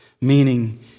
meaning